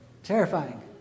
terrifying